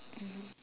mmhmm